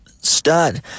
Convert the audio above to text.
stud